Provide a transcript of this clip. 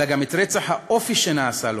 אלא גם את רצח האופי שנעשה לו,